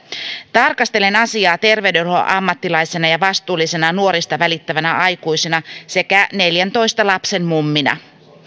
tarkastelen asiaa terveydenhuollon ammattilaisena ja vastuullisena nuorista välittävänä aikuisena sekä neljäntoista lapsen mummina